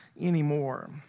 anymore